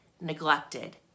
neglected